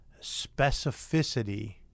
specificity